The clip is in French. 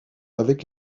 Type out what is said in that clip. avec